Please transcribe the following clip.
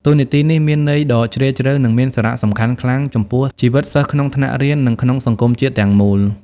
តួនាទីនេះមានន័យដ៏ជ្រាលជ្រៅ និងមានសារៈសំខាន់ខ្លាំងចំពោះជីវិតសិស្សក្នុងថ្នាក់រៀន និងក្នុងសង្គមជាតិទាំងមូល។